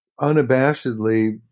unabashedly